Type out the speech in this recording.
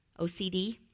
OCD